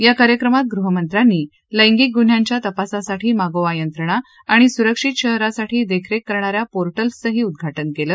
या कार्यक्रमात गृहमंत्र्यांनी लैंगिक गुन्द्यांच्या तपासासाठी मागोवा यंत्रणा आणि सुरक्षित शहरासाठी देखरेख करणाऱ्या पोरिक्सचंही उद्वाज केलं